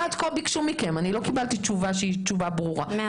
לא קיבלתי תשובה ברורה בנושא.